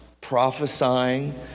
prophesying